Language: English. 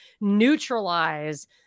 neutralize